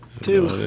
two